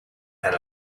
and